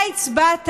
אתה הצבעת